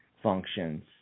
functions